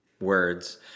words